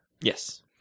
Yes